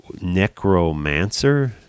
Necromancer